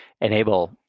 enable